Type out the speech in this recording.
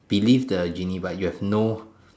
believe the genie but you have no